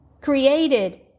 created